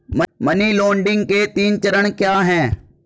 Money laundering के तीन चरण क्या हैं?